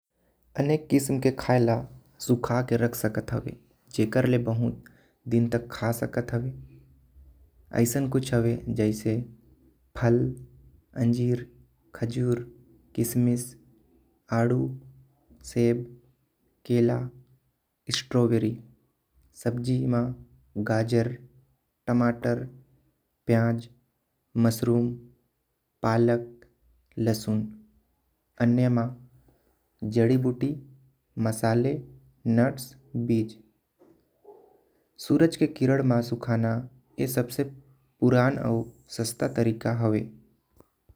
अनेक किस्म के खाए ल सुखा के रख सकत हैवे। जेकर ले बहुत दिन तक खा सकत हैवे ऐसन कुछ हैवे। जैसे फल अंजीर खजूर किसमिस आडू सेब केला स्ट्रॉबेरी। सब्जी म गाजर टमाटर प्याज मशरूम पलक लहसुन अन्य म जड़ी बूटी। मसाले नट्स बीज सूरज के किरण म सीखना। ए सबसे पुरान आऊ सस्ता तरीका है।